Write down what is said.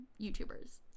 YouTubers